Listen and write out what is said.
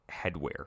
headwear